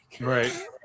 right